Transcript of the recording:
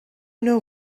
know